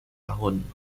tahun